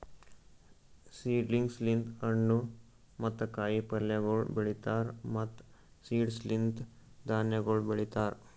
seedlings ಲಿಂತ್ ಹಣ್ಣು ಮತ್ತ ಕಾಯಿ ಪಲ್ಯಗೊಳ್ ಬೆಳೀತಾರ್ ಮತ್ತ್ ಸೀಡ್ಸ್ ಲಿಂತ್ ಧಾನ್ಯಗೊಳ್ ಬೆಳಿತಾರ್